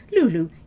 Lulu